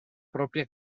propria